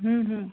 ହୁଁ ହୁଁ